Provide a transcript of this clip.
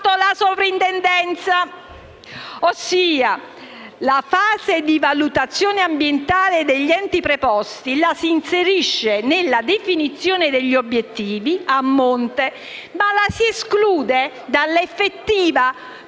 La fase di valutazione ambientale degli enti preposti la si inserisce nella definizione degli obiettivi, a monte, ma la si esclude dall'effettiva